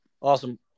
awesome